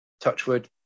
Touchwood